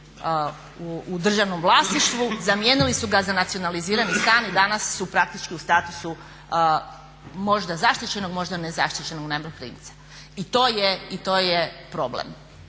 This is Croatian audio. u državnom vlasništvu zamijenili su ga za nacionalizirani stan i danas su praktički u statusu možda zaštićenog najmoprimca i to je problem.